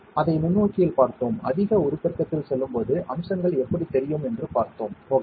அதை நுண்ணோக்கியில் பார்த்தோம் அதிக உருப்பெருக்கத்தில் செல்லும்போது அம்சங்கள் எப்படி தெரியும் என்று பார்த்தோம் ஓகே